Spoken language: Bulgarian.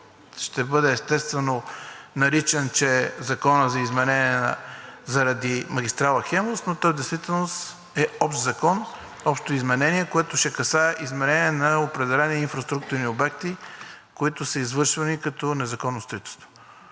ще бъде, естествено, наричан, че е Закон за изменение заради магистрала „Хемус“, но той в действителност е общ закон, общо изменение, което ще касае изменение на определени инфраструктурни обекти, които са извършвани като незаконно строителство.